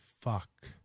fuck